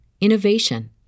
innovation